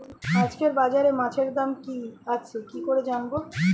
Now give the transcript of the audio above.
আজকে বাজারে মাছের দাম কি আছে কি করে জানবো?